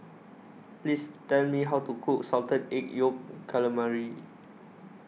Please Tell Me How to Cook Salted Egg Yolk Calamari